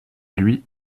lui